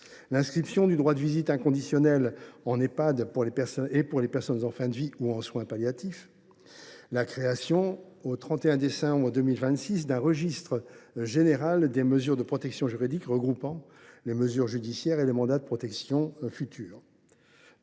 l’inscription du droit de visite inconditionnel en Ehpad et pour les personnes en fin de vie ou en soins palliatifs ; la création, au 31 décembre 2026, d’un registre général des mesures de protection juridique, regroupant les mesures judiciaires et les mandats de protection future